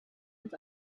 its